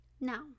Now